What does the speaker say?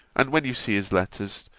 and, when you see his letters,